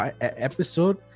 episode